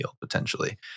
potentially